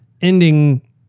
ending